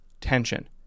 tension